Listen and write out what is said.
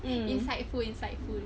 insightful insightful